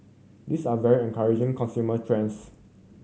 these are very encouraging consumer trends